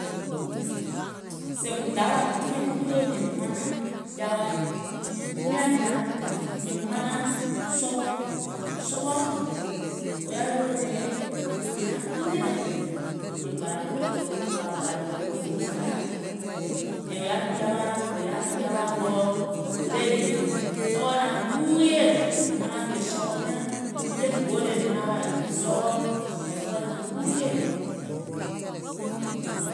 Sèèùm dawà kiìŋ ɗolònɛ̀ŋ manaŋ jawa, miàŋ manaŋ sɔwɔ, sɔwɔ ò yaȧ ɗolònɛ̀ŋ ò naŋ ɓuuyè, wò jè gbàlà kɔ̀ì, wò kɔ̀à gbàlà kɔ̀ì wio wò jè gbàlà, wò yaà nɔŋ jawaa kɔɔ wò gbile hììŋ, sɔwɔ naŋ ɓuuyè, miàŋ manȧŋ kèè sɔwɔ, jeim hoònɛ̀ɛŋ manaŋ wa sɔwɔ, sɔwɔ naŋ ɓuuyè